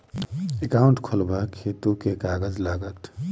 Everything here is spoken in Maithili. एकाउन्ट खोलाबक हेतु केँ कागज लागत?